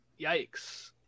Yikes